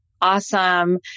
awesome